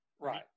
Right